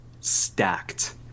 stacked